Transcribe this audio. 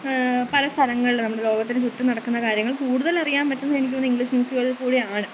പല സ്ഥലങ്ങളിൽ നമ്മൾ ലോകത്തിന് ചുറ്റും നടക്കുന്ന കാര്യങ്ങൾ കൂടുതലറിയാന് പറ്റുന്നതെനിക്ക് തോന്നുന്നു ഇംഗ്ലീഷ് ന്യൂസുകളില് കൂടിയാണ്